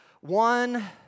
One